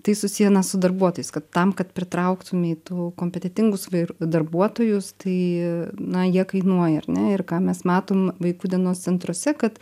tai susiję na su darbuotojais kad tam kad pritrauktumei tų kompetentingus darbuotojus tai na jie kainuoja ar ne ir ką mes matom vaikų dienos centruose kad